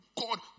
God